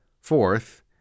Fourth